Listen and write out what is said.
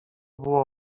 było